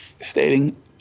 stating